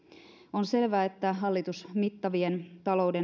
on selvää että hallitus mittavien